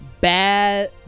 Bad